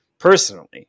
Personally